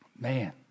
Man